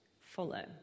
follow